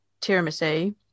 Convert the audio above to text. tiramisu